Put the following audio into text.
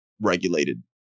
regulated